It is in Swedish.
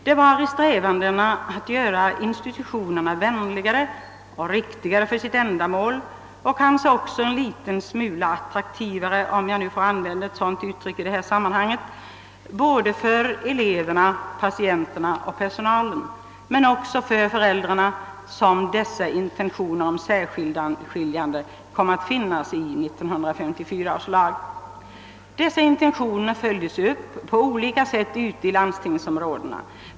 Det var i strävandena att göra institutionerna vänligare och riktigare för sitt ändamål och kanske också en liten smula mera attraktiva — om jag nu får använda ett sådant uttryck i detta sammanhang — både för eleverna, patienterna och personalen men också för föräldrarna som dessa intentioner om särskiljande kom att införas i 1954 års lag. Dessa intentioner följdes upp på olika sätt i landstingsområdena.